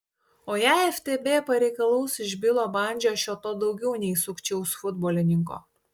o jei ftb pareikalaus iš bilo bandžio šio to daugiau nei sukčiaus futbolininko